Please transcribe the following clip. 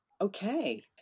Okay